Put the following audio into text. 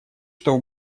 что